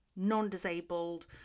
non-disabled